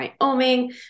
Wyoming